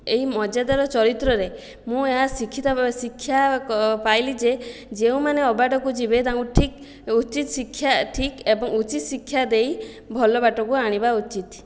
ଏହି ମଜାଦାର ଚରିତ୍ରରେ ମୁଁ ଏହା ଶିକ୍ଷା ପାଇଲି ଯେ ଯେଉଁମାନେ ଅବାଟକୁ ଯିବେ ତାଙ୍କୁ ଠିକ୍ ଉଚିତ୍ ଶିକ୍ଷା ଠିକ୍ ଏବଂ ଉଚିତ୍ ଶିକ୍ଷା ଦେଇ ଭଲ ବାଟକୁ ଆଣିବା ଉଚିତ୍